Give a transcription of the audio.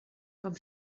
com